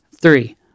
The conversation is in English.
Three